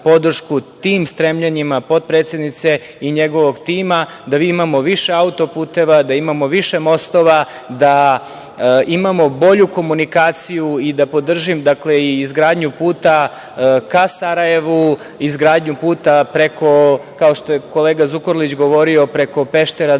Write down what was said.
tim stremljenjima potpredsednice i njenog tima, da imamo više auto-puteva, da imamo više mostova, da imamo bolju komunikaciju i da podržim i izgradnju puta ka Sarajevu, izgradnju puta preko, kao što je kolega Zukorlić govorio, preko Peštera do